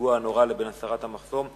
הפיגוע הנורא לבין הסרת המחסום.